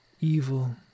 evil